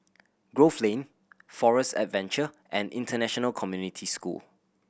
Grove Lane Forest Adventure and International Community School